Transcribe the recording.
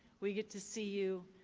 we get to see you,